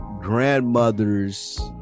grandmother's